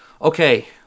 Okay